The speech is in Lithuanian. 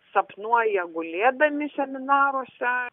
sapnuoja gulėdami seminaruose